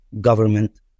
government